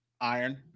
Iron